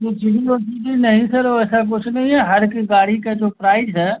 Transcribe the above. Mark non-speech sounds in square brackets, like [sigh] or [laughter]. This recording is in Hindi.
[unintelligible] नहीं सर वैसा कुछ नहीं है हर की गाड़ी का जो प्राइज है